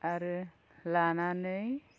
आरो लानानै